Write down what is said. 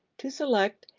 to select,